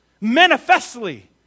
manifestly